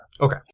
okay